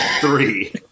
three